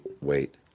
wait